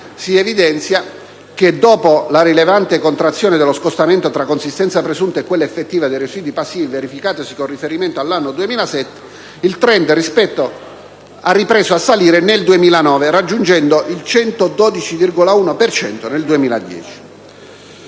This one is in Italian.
Si evidenzia che, dopo la rilevante contrazione dello scostamento tra la consistenza presunta e quella effettiva dei residui passivi verificatasi con riferimento all'anno 2007, il *trend* ha ripreso a salire nel 2009, raggiungendo il 112,1 per cento